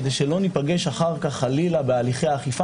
כדי שלא ניפגש אחר כך חלילה בהליכי האכיפה.